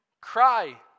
cry